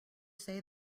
say